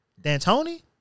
D'Antoni